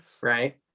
right